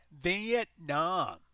Vietnam